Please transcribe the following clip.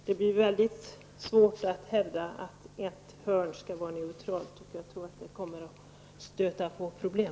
Det blir svårt att hävda neutraliteten, och jag tror att det kommer att stöta på problem.